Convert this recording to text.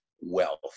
wealth